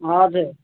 हजुर